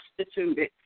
substituted